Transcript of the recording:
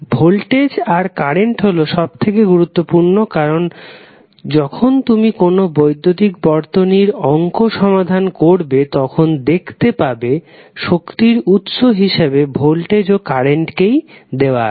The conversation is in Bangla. ভোল্টেজ আর কারেন্ট হল সবথেকে গুরুত্বপূর্ণ কারণ যখন তুমি কোন বৈদ্যুতিক বর্তনীর কোন অঙ্ক সমাধান করবে তখন দেখতে পাবে শক্তির উৎস হিসাবে ভোল্টেজ ও কারেন্ট কেই দেওয়া আছে